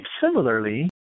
similarly